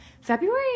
February